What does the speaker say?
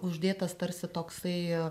uždėtas tarsi toksai